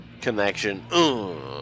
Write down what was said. Connection